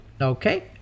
okay